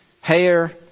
hair